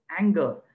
anger